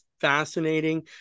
fascinating